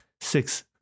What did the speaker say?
six